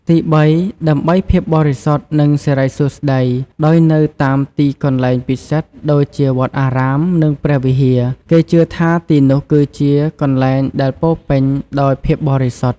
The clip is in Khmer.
ទីបីដើម្បី ភាពបរិសុទ្ធ និងសិរីសួស្តី ដោយនៅតាមទីកន្លែងពិសិដ្ឋដូចជាវត្តអារាម និងព្រះវិហារ គេជឿថាទីនោះគឺជាកន្លែងដែលពោរពេញដោយភាពបរិសុទ្ធ។